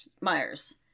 Myers